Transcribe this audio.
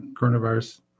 coronavirus